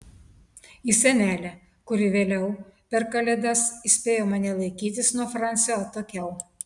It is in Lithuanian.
į senelę kuri vėliau per kalėdas įspėjo mane laikytis nuo francio atokiau